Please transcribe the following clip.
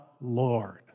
Lord